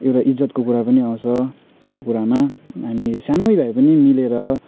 एउटा इज्जतको कुरा पनि आउँछ यो कुरामा हामी सानै भए पनि मिलेर